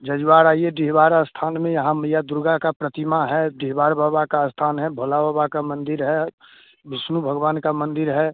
जज्वार आइए डीहबार स्थान में यहाँ मैया दुर्गा की प्रतिमा है डीहबार बाबा का स्थान है भोले बाबा का मंदिर है विष्णु भगवान का मंदिर है